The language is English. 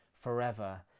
forever